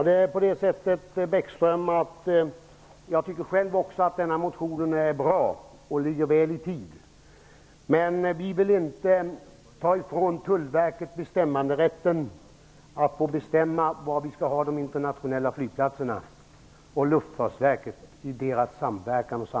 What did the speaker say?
Herr talman! Jag tycker själv att motionen är bra och ligger väl i tiden. Men vi vill inte ta ifrån Tullverket och Luftfartsverket rätten att bestämma var vi skall ha de internationella flygplatserna.